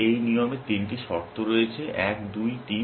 এই নিয়মের তিনটি শর্ত রয়েছে 1 2 3